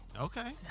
okay